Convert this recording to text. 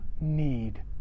need